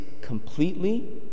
completely